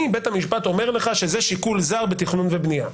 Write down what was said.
אני בית המשפט אומר לך שזה שיקול זר בתכנון ובנייה.